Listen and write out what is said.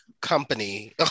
company